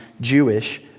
Jewish